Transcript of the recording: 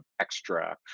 extra